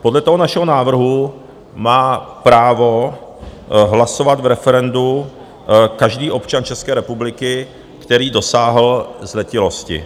Podle našeho návrhu má právo hlasovat v referendu každý občan České republiky, který dosáhl zletilosti.